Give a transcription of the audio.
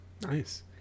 Nice